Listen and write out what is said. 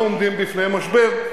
אנחנו עומדים בפני משבר.